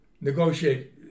negotiate